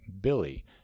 Billy